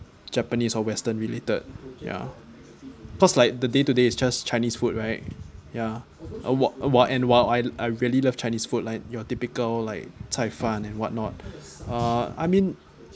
japanese or western related ya cause like the day to day it's just chinese food right ya and while awhile and while I I really love chinese food like your typical like cai fan and what not uh I mean